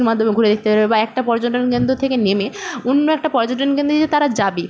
মাধ্যমে ঘুরে দেখতে পারবে বা একটা পর্যটন কেন্দ্র থেকে নেমে অন্য একটা পর্যটন কেন্দ্রে যে তারা যাবে